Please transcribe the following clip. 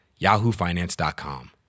yahoofinance.com